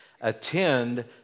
attend